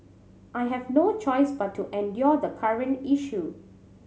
I have no choice but to endure the current issue